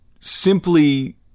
simply